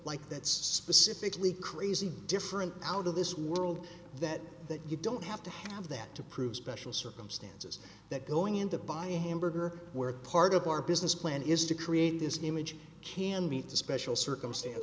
like that specifically crazy different out of this world that that you don't have to have that to prove special circumstances that going into buying a hamburger were part of your business plan is to create this new image can beat the special circumstance